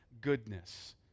goodness